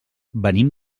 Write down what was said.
venim